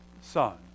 son